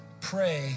Pray